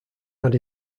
had